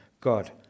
God